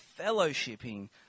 fellowshipping